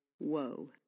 Whoa